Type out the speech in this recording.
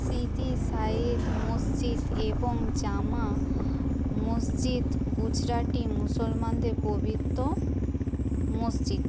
সিদি সাঈদ মসজিদ এবং জামা মসজিদ গুজরাটি মুসলমানদের পবিত্র মসজিদ